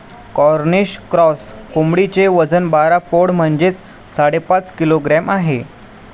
Cornish cross कोंबडीचे वजन बारा पौंड म्हणजेच साडेपाच किलोग्रॅम आहे